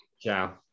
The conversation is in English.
Ciao